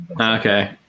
okay